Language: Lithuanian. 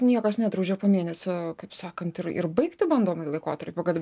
niekas nedraudžia po mėnesio kaip sakant ir ir baigti bandomąjį laikotarpio kad